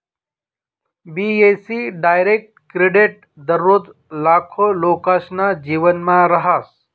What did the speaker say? बी.ए.सी direct credit दररोज लाखो लोकेसना जीवनमा रहास